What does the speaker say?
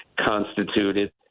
constituted